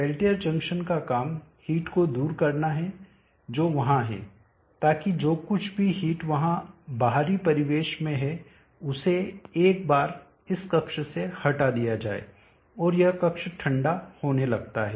Peltier junction का काम heat को दूर करना है जो वहां है ताकि जो कुछ भी हिट वहां बाहरी परिवेश में है उसे एक बार इस कक्ष से हटा दिया जाए और यह कक्ष ठंडा होने लगता है